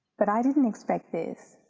but i didn't expect this.